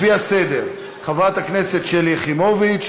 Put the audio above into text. לפי הסדר: חברי הכנסת שלי יחימוביץ,